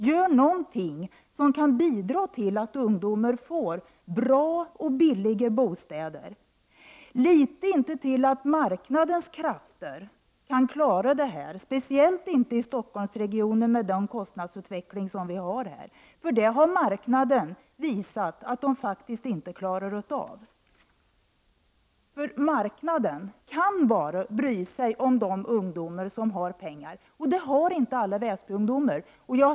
Gör någonting som kan bidra till att ungdomar får bra och billiga bostäder! Lita inte till att marknadens krafter kan klara det, speciellt inte i Stockholmsregionen med kostnadsutvecklingen där. Marknaden har visat att den faktiskt inte klarar av att lösa detta problem. Marknaden bryr sig bara om de ungdomar som har pengar, och det har inte alla ungdomar i Upplands Väsby.